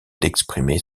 d’exprimer